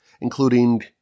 including